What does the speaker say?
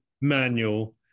manual